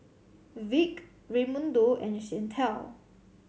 Vick Raymundo and Chantel